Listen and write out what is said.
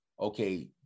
okay